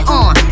on